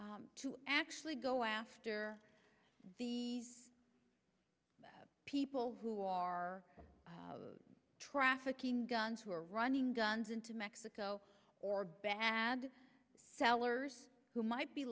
to actually go after the people who are trafficking guns who are running guns into mexico or bad sellers who might be